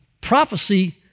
prophecy